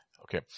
Okay